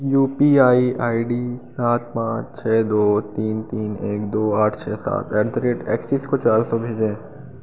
you P I I D सात पाँच छः दो तीन तीन एक दो आठ छः सात एट द रेट एक्सिस को चार सौ भेजें